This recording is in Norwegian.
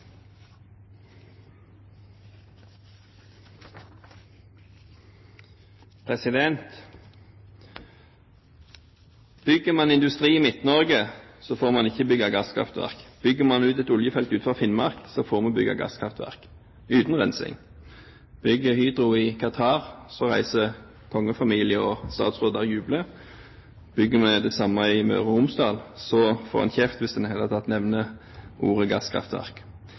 igangsatt. Bygger man industri i Midt-Norge, får man ikke bygge gasskraftverk. Bygger man ut et oljefelt utenfor Finnmark, får man bygge gasskraftverk – uten rensing. Bygger Hydro i Qatar, reiser kongefamilie og statsråder dit og jubler. Bygger man det samme i Møre og Romsdal, får man kjeft hvis man i det hele tatt nevner ordet